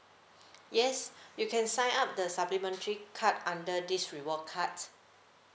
yes you can sign up the supplementary card under this reward cards